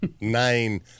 Nine